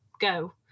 go